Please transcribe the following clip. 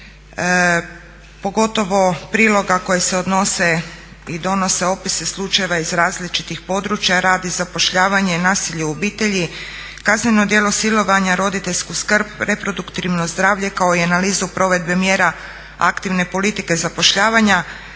pogotovo priloga koji se odnose i donose opise slučajeva iz različitih područja, rad i zapošljavanje, nasilje u obitelji, kazneno djelo silovanja, roditeljsku skrb, reproduktivno zdravlje kao i analizu provedbe mjera aktivne politike zapošljavanja,